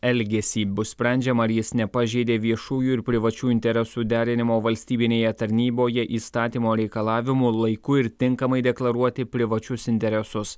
elgesį bus sprendžiama ar jis nepažeidė viešųjų ir privačių interesų derinimo valstybinėje tarnyboje įstatymo reikalavimų laiku ir tinkamai deklaruoti privačius interesus